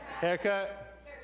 haircut